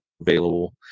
available